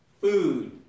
Food